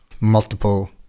multiple